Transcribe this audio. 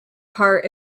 part